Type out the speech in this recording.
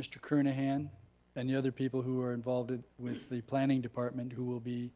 mr. kernahan and the other people who are involved with the planning department who will be